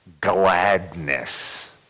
gladness